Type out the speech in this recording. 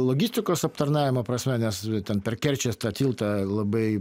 logistikos aptarnavimo prasme nes ten per kerčės tiltą labai